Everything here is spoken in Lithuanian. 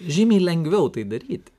žymiai lengviau tai daryti